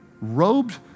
robed